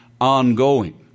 ongoing